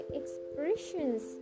expressions